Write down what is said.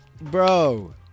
bro